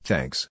Thanks